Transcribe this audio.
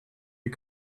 you